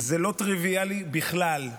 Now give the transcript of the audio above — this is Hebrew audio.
זה לא טריוויאלי בכלל,